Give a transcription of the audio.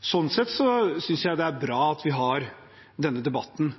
Sånn sett synes jeg det er bra at vi har denne debatten.